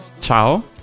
ciao